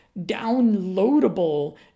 downloadable